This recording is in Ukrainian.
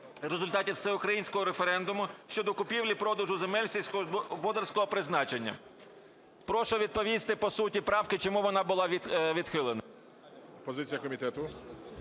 результатів Всеукраїнського референдуму щодо купівлі-продажу земель сільськогосподарського призначення." Прошу відповісти по суті правки. Чому вона була відхилена?